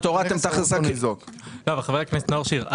ה חבר הכנסת נאור שירי,